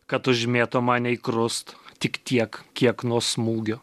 kad užmėtoma anei krust tik tiek kiek nuo smūgio